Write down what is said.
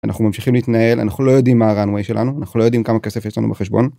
אנחנו ממשיכים להתנהל אנחנו לא יודעים מה ה-runway שלנו אנחנו לא יודעים כמה כסף יש לנו בחשבון.